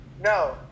No